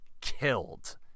killed